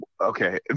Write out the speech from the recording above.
okay